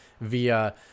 Via